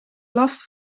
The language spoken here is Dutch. last